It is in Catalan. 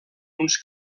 uns